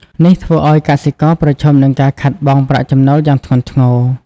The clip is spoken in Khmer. នេះធ្វើឲ្យកសិករប្រឈមនឹងការខាតបង់ប្រាក់ចំណូលយ៉ាងធ្ងន់ធ្ងរ។